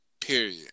Period